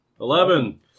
Eleven